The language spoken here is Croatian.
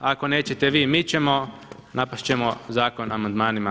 Ako nećete vi, mi ćemo, napast ćemo zakon amandmanima.